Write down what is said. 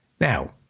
Now